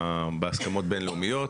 בהסכמות בינלאומיות,